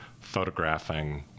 photographing